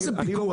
זה לא פיקוח.